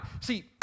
See